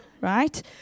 right